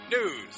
news